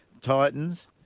Titans